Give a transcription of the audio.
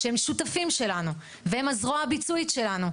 שהם שותפים שלנו והם הזרוע הביצועית שלנו,